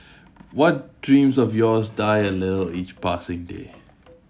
what dreams of yours die a little each passing day